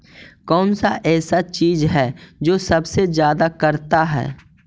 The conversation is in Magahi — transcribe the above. कौन सा ऐसा चीज है जो सबसे ज्यादा करता है?